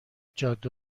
جاده